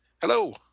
Hello